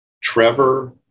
Trevor